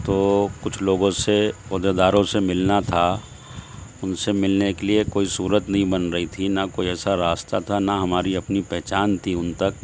تو کچھ لوگوں سے عہدے داروں سے ملنا تھا ان سے ملنے کے لیے کوئی صورت نہیں بن رہی تھی نہ کوئی ایسا راستہ تھا نہ ہماری اپنی پہچان تھی ان تک